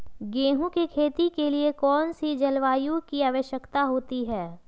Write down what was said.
गेंहू की खेती के लिए कौन सी जलवायु की आवश्यकता होती है?